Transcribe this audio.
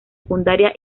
secundaria